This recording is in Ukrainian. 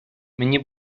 мені